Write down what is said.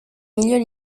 milieux